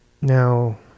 Now